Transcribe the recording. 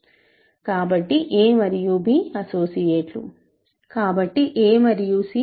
కాబట్టి a మరియు c associate లు